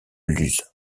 luz